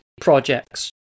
projects